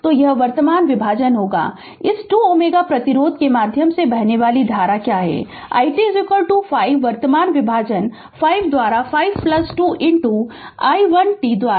तो यह वर्तमान विभाजन होगा इस 2 Ω प्रतिरोध के माध्यम से बहने वाली धारा क्या है i t 5 वर्तमान विभाजन 5 द्वारा 52 i 1t द्वारा